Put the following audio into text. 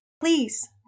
please